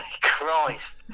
Christ